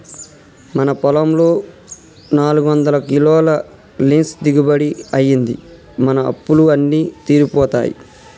మన పొలంలో నాలుగొందల కిలోల లీన్స్ దిగుబడి అయ్యింది, మన అప్పులు అన్నీ తీరిపోతాయి